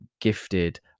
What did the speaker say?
gifted